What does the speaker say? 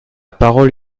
parole